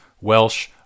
Welsh